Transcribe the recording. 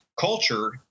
culture